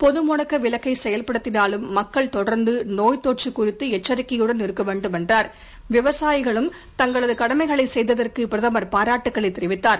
பொது முடக்க விலக்கை செயல்படுத்தினாலும் மக்கள் தொடர்நது நோய் தொற்று குறித்து எச்சரிக்கையுடன் இருக்க வேண்டும் என்றார்விவசாயிகளும் தங்களது கடமைகளை செய்ததற்கு பிரதமர் பாராட்டுக்களை தெரிவித்தார்